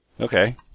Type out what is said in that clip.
Okay